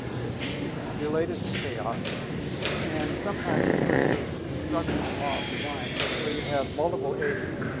it's it's related to chaos and sometimes referred to as the constructal law of design. and it's where you have multiple agents.